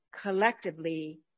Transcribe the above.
collectively